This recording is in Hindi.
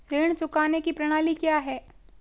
ऋण चुकाने की प्रणाली क्या है?